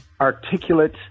articulate